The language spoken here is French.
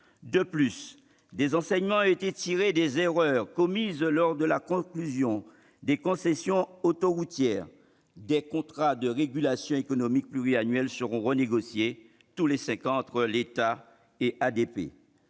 De plus, des enseignements ont été tirés des erreurs commises lors de la conclusion des concessions autoroutières. Des contrats de régulation économique pluriannuels seront renégociés tous les cinq ans entre l'État et ADP.